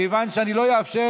כיוון שאני לא אאפשר